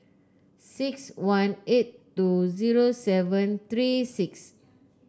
six one eight two zero seven three six